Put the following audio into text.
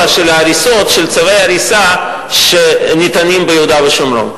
של צווי הריסה שניתנים ביהודה ושומרון,